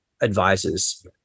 advisors